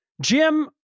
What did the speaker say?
Jim